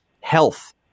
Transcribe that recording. health